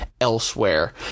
Elsewhere